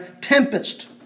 tempest